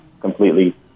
completely